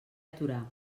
aturar